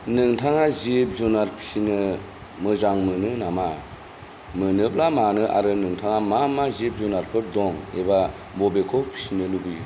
नोंथाङा जिब जुनार फिसिनो मोजां मोनो नामा मोनोब्ला मानो आरो नोंथाङा मा मा जिब जुनाफोर दं एबा बबेखौ फिसिनो लुबैयो